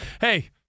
hey